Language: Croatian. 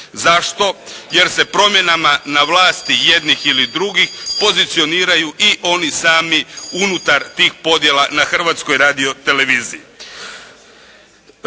Zašto? Jer se promjenama na vlasti jednih ili drugih pozicioniraju i oni sami unutar tih podjela na Hrvatskoj radioteleviziji.